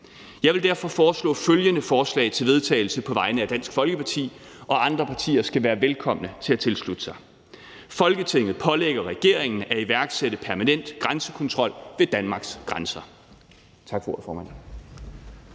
Jeg vil derfor fremsætte følgende forslag til vedtagelse på vegne af Dansk Folkeparti, og andre partier skal være velkomne til at tilslutte sig det: Forslag til vedtagelse »Folketinget pålægger regeringen at iværksætte permanent grænsekontrol ved Danmarks grænser.«